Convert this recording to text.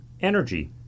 Energy